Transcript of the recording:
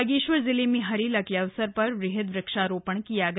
बागेश्वर जिले में हरेला के अवसर पर वृहद वृक्षारोपण किया गया